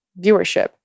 viewership